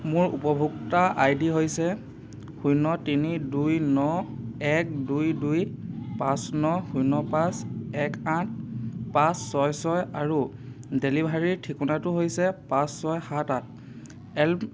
মোৰ উপভোক্তা আইডি হৈছে শূন্য তিনি দুই ন এক দুই দুই পাঁচ ন শূন্য পাঁচ এক আঠ পাঁচ ছয় ছয় আৰু ডেলিভাৰীৰ ঠিকনাটো হৈছে পাঁচ ছয় সাত আঠ এল্ম